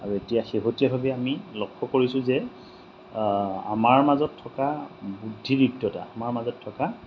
আৰু এতিয়া শেহতীয়াভাৱে আমি লক্ষ্য কৰিছোঁ যে আমাৰ মাজত থকা বুদ্ধি দীপ্ততা আমাৰ মাজত থকা